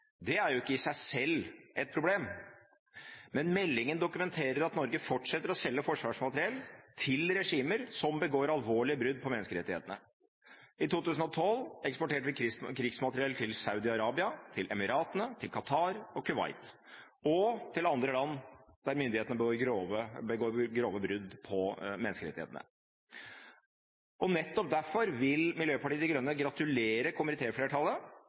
Det er ikke i seg selv et problem, men meldingen dokumenterer at Norge fortsetter å selge forsvarsmateriell til regimer som begår alvorlige brudd på menneskerettighetene. I 2012 eksporterte vi krigsmateriell til Saudi-Arabia, til De forente arabiske emirater, til Qatar, til Kuwait og til andre land der myndighetene begår grove brudd på menneskerettighetene. Nettopp derfor vil Miljøpartiet De Grønne gratulere